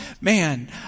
man